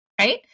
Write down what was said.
right